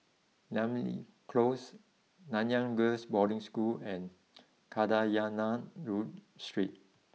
Namly close Nanyang Girls' Boarding School and Kadayanallur Street